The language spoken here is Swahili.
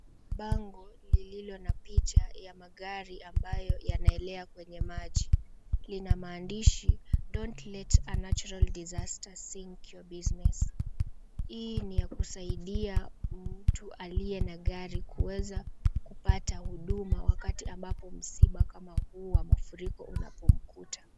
Bango lililo na picha ya magari ambayo yanaelea kwenye maji. Lina maandishi don't let a natural disaster sink your business . Hii ni ya kusaidia mtu aliye na gari kuweza kupata huduma wakati ambapo msiba kama huu wa mafuriko unapomkuta.